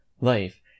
life